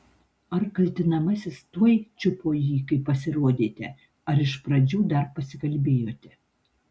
ar kaltinamasis tuoj čiupo jį kai pasirodėte ar iš pradžių dar pasikalbėjote